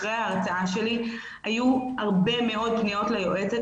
אחרי ההרצאה שלי היו הרבה מאוד פניות ליועצת